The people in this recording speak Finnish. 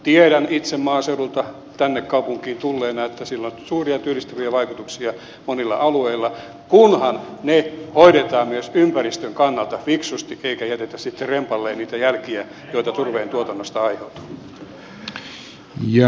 tiedän itse maaseudulta tänne kaupunkiin tulleena että sillä on suuria työllistäviä vaikutuksia monilla alueilla kunhan ne hoidetaan myös ympäristön kannalta fiksusti eikä jätetä sitten rempalleen niitä jälkiä joita turpeen tuotannosta aiheutuu